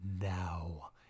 now